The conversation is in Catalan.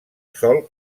sòl